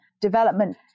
development